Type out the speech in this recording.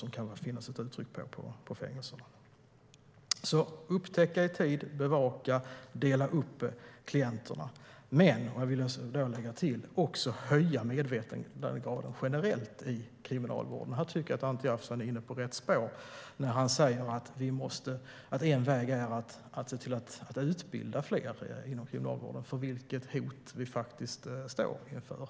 Det handlar om att upptäcka i tid, bevaka och dela upp klienterna, men jag lägger till att också höja medvetandegraden generellt i Kriminalvården. Här tycker jag att Anti Avsan är inne på rätt spår när han säger att en väg är att se till att utbilda fler inom Kriminalvården om vilket hot vi faktiskt står inför.